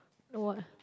no what